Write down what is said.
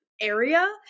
area